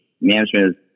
Management